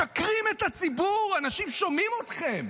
משקרים לציבור, אנשים שומעים אתכם.